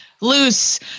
loose